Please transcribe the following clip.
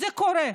זה קורה.